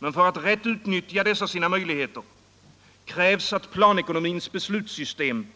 Men för att den rätt skall kunna utnyttja dessa sina möjligheter krävs att planekonomins beslutssystem